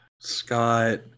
Scott